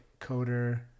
coder